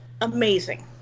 Amazing